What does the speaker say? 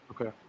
Okay